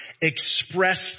expressed